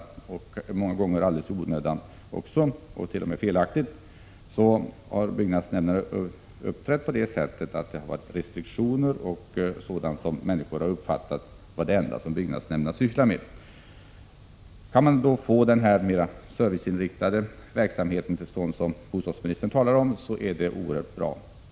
Alltför ofta och många gånger helt i onödan och t.o.m. felaktigt har byggnadsnämnderna uppträtt på ett sätt som fått människor att tro att restriktioner och liknande varit det enda som nämnderna sysslat med. Om man kan uppnå en mera serviceinriktad verksamhet, så är detta utomordentligt bra.